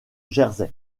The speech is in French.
jersey